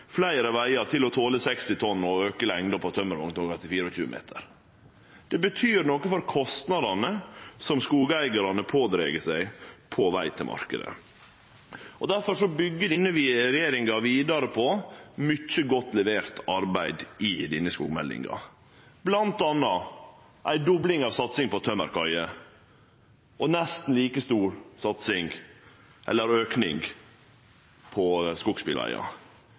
fleire vegar til å tole 60 tonn og auka lengda på tømmervogntoga til 24 meter, betyr det noko for kostnadene skogeigarane pådreg seg på veg til marknaden. Difor byggjer denne regjeringa vidare på mykje godt levert arbeid i denne skogmeldinga, bl.a. ei dobling av satsinga på tømmerkaier, ein nesten like stor auke på skogsbilvegar